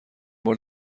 بار